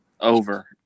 Over